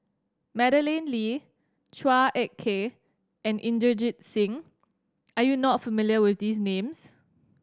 Madeleine Lee Chua Ek Kay and Inderjit Singh are you not familiar with these names